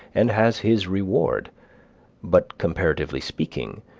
and has his reward but, comparatively speaking,